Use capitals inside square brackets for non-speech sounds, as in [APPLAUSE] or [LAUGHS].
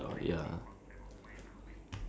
like something happened ya [LAUGHS]